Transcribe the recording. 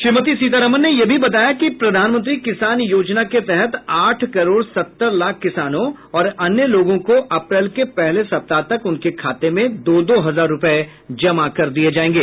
श्रीमती सीतारमन ने यह भी बताया कि प्रधानमंत्री किसान योजना के तहत आठ करोड़ सत्तर लाख किसानों और अन्य लोगों को अप्रैल के पहले सप्ताह तक उनके खाते में दो दो हजार रूपये जमा कर दिए जाएंगे